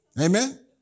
Amen